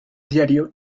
diario